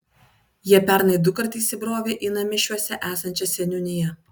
jie pernai dukart įsibrovė į namišiuose esančią seniūniją